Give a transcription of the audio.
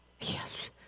Yes